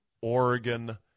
Oregon